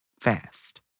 fast